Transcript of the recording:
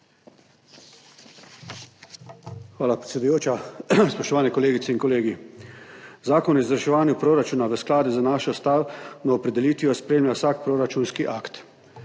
Hvala, predsedujoča. Spoštovane kolegice in kolegi! Zakon o izvrševanju proračuna v skladu z našo ustavno opredelitvijo spremlja vsak proračunski akt.